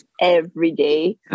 everyday